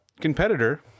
competitor